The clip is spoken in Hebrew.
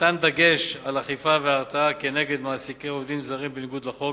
מתן דגש על אכיפה והרתעה נגד מעסיקי עובדים זרים בניגוד לחוק,